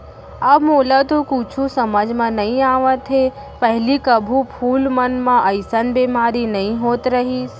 अब मोला तो कुछु समझ म नइ आवत हे, पहिली कभू फूल मन म अइसन बेमारी नइ होत रहिस